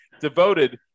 devoted